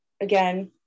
Again